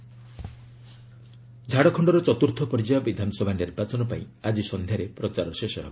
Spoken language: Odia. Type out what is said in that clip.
ଝାଡଖଣ୍ଡ ଇଲେକ୍ସନ ଝାଡଖଣ୍ଡର ଚତ୍ର୍ଥ ପର୍ଯ୍ୟାୟ ବିଧାନସଭା ନିର୍ବାଚନ ପାଇଁ ଆଜି ସନ୍ଧ୍ୟାରେ ପ୍ରଚାର ଶେଷ ହେବ